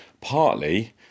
partly